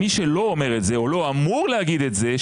מי שלא אומר את זה או לא אמור להגיד את זה,